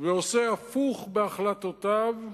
ועושה הפוך בהחלטותיו,